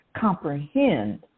comprehend